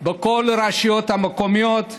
בכל הרשויות המקומיות,